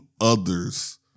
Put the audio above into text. others